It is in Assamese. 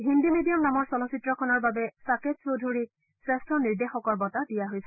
হিন্দী মিডিয়াম নামৰ চলচ্চিত্ৰখনৰ বাবে ছাকেট চৌধুৰীক শ্ৰেষ্ঠ নিৰ্দেশকৰ বঁটা দিয়া হৈছে